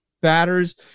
batters